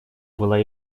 была